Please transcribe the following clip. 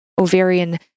ovarian